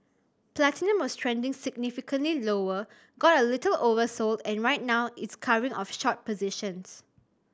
platinum was trending significantly lower got a little oversold and right now it's covering of short positions